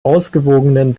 ausgewogenen